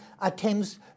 attempts